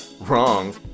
Wrong